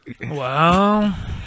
Wow